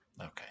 Okay